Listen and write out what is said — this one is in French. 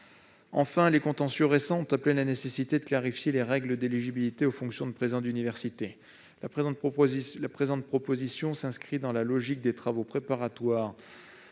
Enfin, les contentieux récents imposent de clarifier les règles d'éligibilité aux fonctions de président d'université. Notre proposition s'inscrit dans la logique des travaux préparatoires